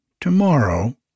Tomorrow